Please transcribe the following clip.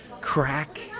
crack